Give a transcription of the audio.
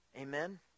Amen